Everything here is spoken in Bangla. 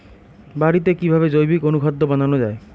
বাড়িতে কিভাবে জৈবিক অনুখাদ্য বানানো যায়?